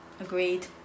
Agreed